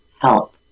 help